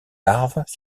larves